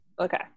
Okay